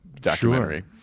documentary